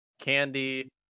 Candy